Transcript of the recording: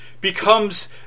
becomes